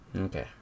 Okay